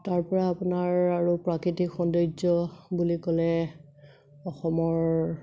তাৰপৰা আপোনাৰ আৰু প্ৰাকৃতিক সৌন্দৰ্য বুলি ক'লে অসমৰ